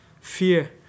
fear